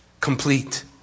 complete